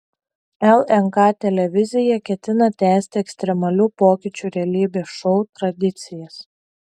lnk televizija ketina tęsti ekstremalių pokyčių realybės šou tradicijas